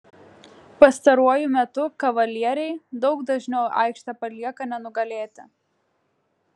pastaruoju metu kavalieriai daug dažniau aikštę palieka nenugalėti